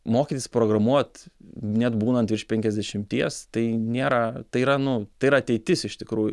mokytis programuot net būnant virš penkiasdešimties tai nėra tai yra nu tai yra ateitis iš tikrųjų